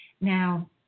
Now